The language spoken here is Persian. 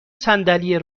صندلی